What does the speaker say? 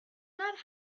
not